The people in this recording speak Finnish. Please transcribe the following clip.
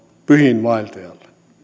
pyhiinvaeltajalle